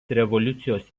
revoliucijos